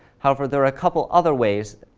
however, there are a couple other ways,